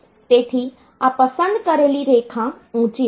તેથી આ પસંદ કરેલી રેખા ઊંચી હશે